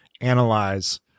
analyze